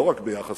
לא רק ביחס